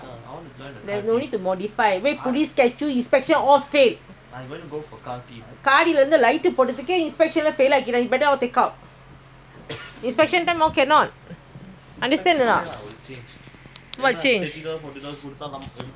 all take out inspection all காடிலஇருந்தலைட்போனதுக்கேஇன்ஸ்பெக்ஷன்லபெயில்ஆக்கிட்டாங்க:gaadila light poonathukke inspectionala fail aakitaanka cannot undestand a not what change ah